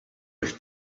with